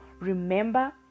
Remember